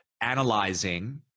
analyzing